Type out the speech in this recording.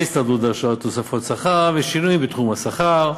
ההסתדרות דרשה עוד תוספות שכר ושינויים בתחום השכר.